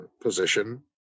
position